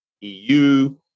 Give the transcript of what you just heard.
EU